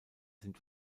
sind